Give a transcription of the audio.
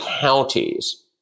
counties